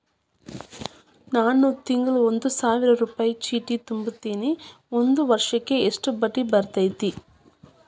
ನಾನು ತಿಂಗಳಾ ಒಂದು ಸಾವಿರ ರೂಪಾಯಿ ಚೇಟಿ ತುಂಬತೇನಿ ಒಂದ್ ವರ್ಷಕ್ ಎಷ್ಟ ಬಡ್ಡಿ ಬರತೈತಿ?